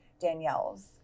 Danielle's